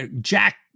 Jack